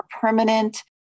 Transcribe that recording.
permanent